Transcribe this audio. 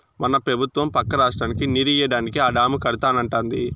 మన పెబుత్వం పక్క రాష్ట్రానికి నీరియ్యడానికే ఆ డాము కడతానంటాంది